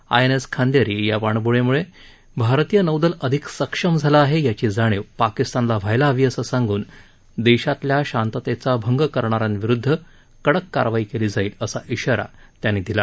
I N S Khanderi या पाणबुडीमुळे भारतीय नौदल अधिक सक्षम झालं आहे याची जाणीव पाकिस्तानला व्हायला हवी असं सांगून देशातल्या शांततेचा भंग करणाऱ्यांविरुदध कडक कारवाई केली जाईल असा इशारा त्यांनी दिला